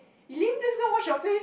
Eileen please go wash your face